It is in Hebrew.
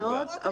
יכול להיות,